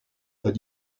but